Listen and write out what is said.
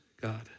God